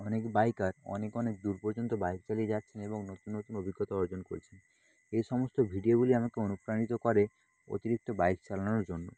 অনেক বাইকার অনেক অনেক দূর পর্যন্ত বাইক চালিয়ে যাচ্ছেন এবং নতুন নতুন অভিজ্ঞতা অর্জন করছেন এই সমস্ত ভিডিওগুলি আমাকে অনুপ্রাণিত করে অতিরিক্ত বাইক চালানোর জন্য